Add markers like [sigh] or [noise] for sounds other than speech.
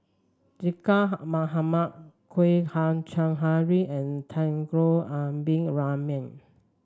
[unintelligible] Mohamad Kwek Hian Chuan Henry and Temenggong Abdul Rahman